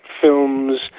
films